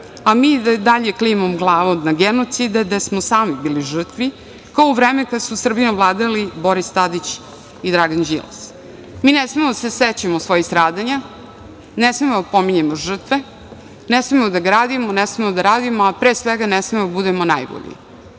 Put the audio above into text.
a mi da i dalje klimamo glavom nad genocide, gde smo i sami bili žrtve, ko u vreme kada su Srbijom vladali Boris Tadić i Dragan Đilas. Mi ne smemo da se sećamo svojih stradanja, ne smemo da pominjemo žrtve, ne smemo da gradimo, ne smemo da radimo, a pre svega, ne smemo da budemo najbolji. Nešto